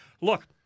look